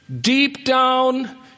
deep-down